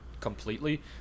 completely